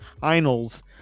Finals